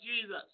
Jesus